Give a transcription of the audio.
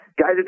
guys